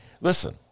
listen